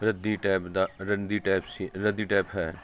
ਰੱਦੀ ਟੈਪ ਦਾ ਰੱਦੀ ਟੈਪ ਸੀ ਰੱਦੀ ਟੈਪ ਹੈ